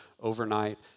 overnight